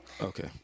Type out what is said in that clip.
okay